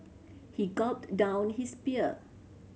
he gulped down his beer